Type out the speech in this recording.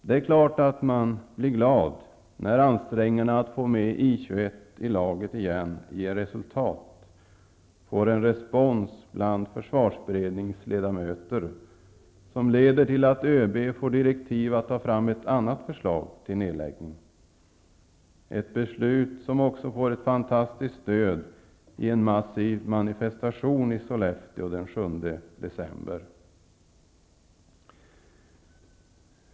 Det är klart att man blir glad när ansträngningarna att få med I 21 i laget igen ger resultat, får en respons bland försvarsberedningsledamöter som leder till att ÖB får direktiv att ta fram ett annat förslag till nedläggning. Det var ett beslut som också fick ett fantastiskt stöd i en massiv manifestation i Sollfteå den 7 december.